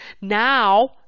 now